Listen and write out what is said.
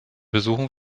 besuchen